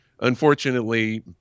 Unfortunately